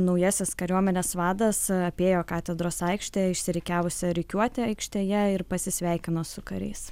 naujasis kariuomenės vadas apėjo katedros aikštėje išsirikiavusią rikiuotę aikštėje ir pasisveikino su kariais